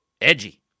Edgy